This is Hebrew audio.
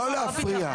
לא להפריע.